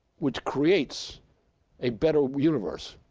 which creates a better universe,